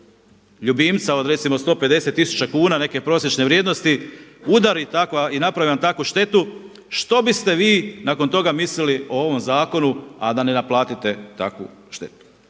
ljubimca od recimo 150000 kuna neke prosječne vrijednosti udari takva i napravi vam takvu štetu što biste vi nakon toga mislili o ovom zakonu, a da ne naplatite takvu štetu.